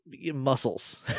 muscles